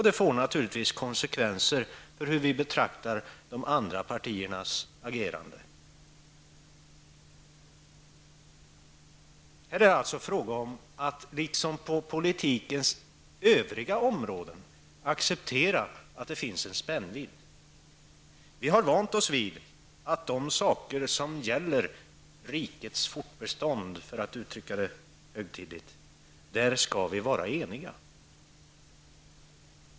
Det får naturligtvis konsekvenser för hur vi betraktar de andra partiernas agerande. Det är alltså fråga om att liksom på politikens övriga områden acceptera att det finns en spännvidd. Vi har vant oss vid att i en sak som gäller rikets fortbestånd, för att uttrycka det högtidligt, skall vi vara eniga.